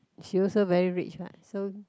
she also very rich what so